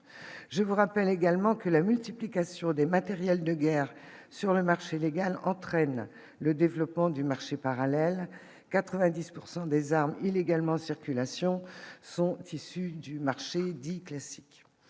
je vous rappelle également que la multiplication des matériels de guerre sur le marché légal entraîne le développement du marché parallèle 90 pourcent des armes illégalement circulation sont fils du marché dit classique,